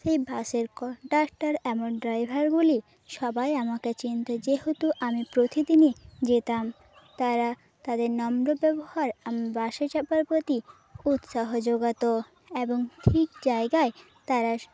সেই বাসের কন্ডাক্টার এবং ড্রাইভারগুলি সবাই আমাকে চিনতো যেহতু আমি প্রতিদিনই যেতাম তারা তাদের নম্র ব্যবহার বাসে চাপার প্রতি উৎসাহ যোগাতো এবং ঠিক জায়গায় তারা